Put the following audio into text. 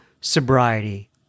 sobriety